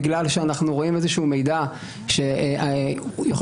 בגלל שאנחנו רואים מידע כלשהו שיכול